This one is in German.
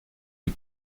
die